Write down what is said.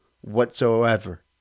whatsoever